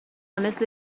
مثل